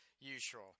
usual